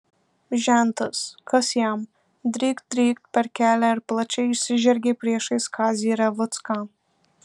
žentas kas jam drykt drykt per kelią ir plačiai išsižergė priešais kazį revucką